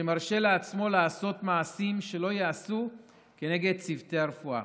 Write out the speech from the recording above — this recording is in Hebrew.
שמרשה לעצמו לעשות מעשים שלא ייעשו כנגד צוותי הרפואה.